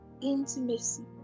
Intimacy